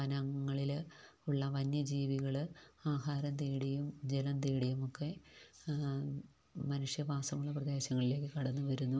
വനങ്ങളിൽ ഉള്ള വന്യജീവികൾ ആഹാരംതേടിയും ജലം തേടിയുമൊക്കെ മനുഷ്യവാസമുള്ള പ്രദേശങ്ങളിലേക്ക് കടന്ന് വരുന്നു